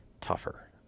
tougher